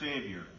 Savior